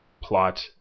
plot